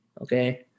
okay